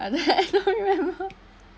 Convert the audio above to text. I don't remember